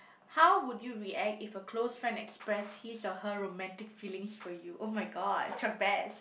how would you react if a close friend express his or her romantic feelings for you !oh-my-god! Chuck-Bass